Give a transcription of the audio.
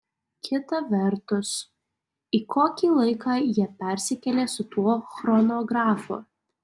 kita vertus į kokį laiką jie persikėlė su tuo chronografu